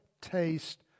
taste